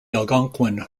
algonquin